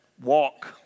Walk